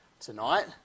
tonight